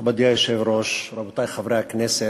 מכובדי היושב-ראש, רבותי חברי הכנסת,